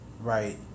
right